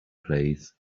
place